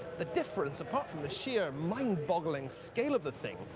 the difference, apart from the sheer mind-boggiing scaie of the thing,